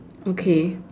okay